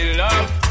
love